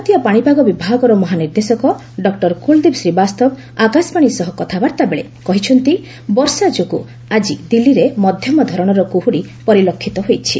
ଭାରତୀୟ ପାଣିପାଗ ବିଭାଗର ମହାନିର୍ଦ୍ଦେଶକ ଡକ୍ଟର କ୍ୱଳଦୀପ ଶ୍ରୀବାସ୍ତବା ଆକାଶବାଣୀ ସହ କଥାବାର୍ତ୍ତାବେଳେ କହିଛନ୍ତି ବର୍ଷା ଯୋଗୁଁ ଆଜି ଦିଲ୍ଲୀରେ ମଧ୍ୟମ ଧରଣର କୁହୁଡି ପରିଲକ୍ଷିତ ହୋଇଛି